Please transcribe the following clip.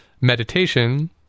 Meditation